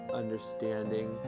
understanding